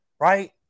right